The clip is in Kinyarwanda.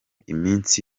iminsi